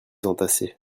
entassés